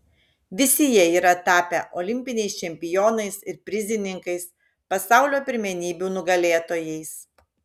visi jie yra tapę olimpiniais čempionais ir prizininkais pasaulio pirmenybių nugalėtojais